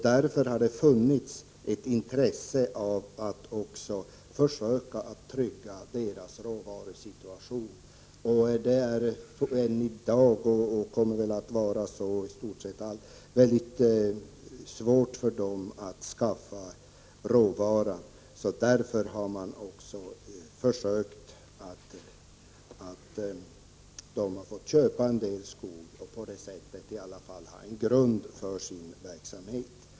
Därför har det funnits ett intresse av att försöka trygga deras råvarusituation. Det är litet svårt för sågarna att införskaffa råvara. Därför har sågarna fått köpa en del skog och på det sättet ha en grund för verksamheten.